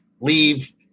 leave